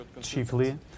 chiefly